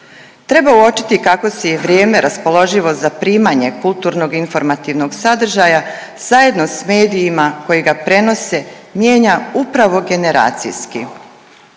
Treba uočiti kako si je vrijeme raspoloživo za primanje kulturno informativnog sadržaja zajedno s medijima koji ga prenose mijenja upravo generacijski.